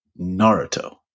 Naruto